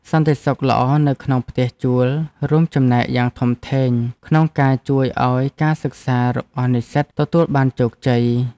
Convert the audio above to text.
សន្តិសុខល្អនៅក្នុងផ្ទះជួលរួមចំណែកយ៉ាងធំធេងក្នុងការជួយឱ្យការសិក្សារបស់និស្សិតទទួលបានជោគជ័យ។